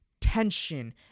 tension